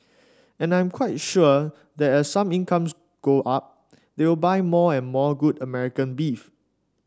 and I am quite sure that as some incomes go up they will buy more and more good American beef